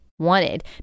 Wanted